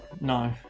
no